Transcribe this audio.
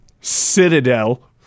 Citadel